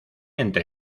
entre